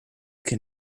can